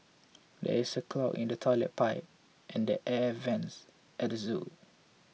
there is a clog in the Toilet Pipe and the Air Vents at zoo